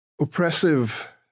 oppressive